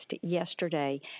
yesterday